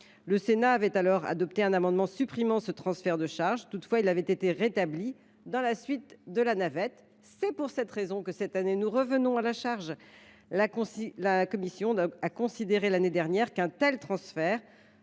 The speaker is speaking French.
Le Sénat avait alors adopté un amendement supprimant ce transfert de charges. Toutefois, il avait été rétabli au cours de la navette. C’est pour cette raison que nous revenons à la charge cette année : la commission avait considéré l’année dernière qu’un tel transfert,